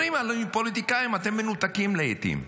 אומרים: פוליטיקאים, אתם מנותקים לעיתים.